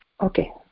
Okay